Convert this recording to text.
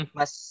mas